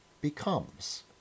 becomes